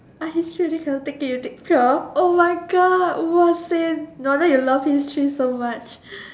I history already cannot take it you take pure oh my god !wahseh! no wonder you love history so much